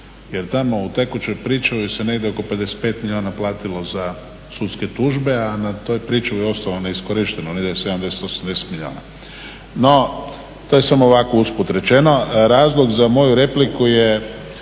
jer tamo u tekućoj pričuvi se negdje oko 55 milijuna platilo za sudske tužbe, a na toj pričuvi je ostalo neiskorišteno negdje 70, 80 milijuna. No, to je samo ovako usput rečeno. Razlog za moju repliku je